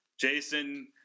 Jason